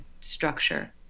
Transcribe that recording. structure